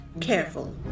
careful